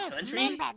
country